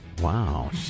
Wow